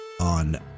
on